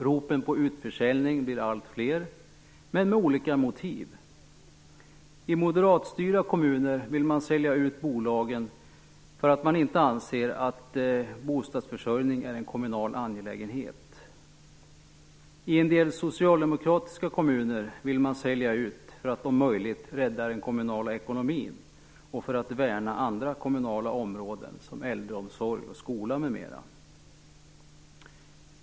Ropen på utförsäljning blir alltfler men med olika motiv. I moderatstyrda kommuner vill man sälja ut bolagen för att man inte anser att bostadsförsörjning är en kommunal angelägenhet. I en del socialdemokratiska kommuner vill man sälja ut för att om möjligt rädda den kommunala ekonomin och för att värna andra kommunala områden som äldreomsorg och skola m.m.